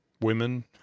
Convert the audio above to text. women